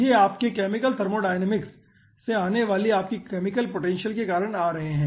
ये आपके chemical thermodynamics से आने वाली आपकी केमिकल पोटेंशियल के कारण आ रहे हैं